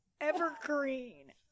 Evergreen